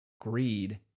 greed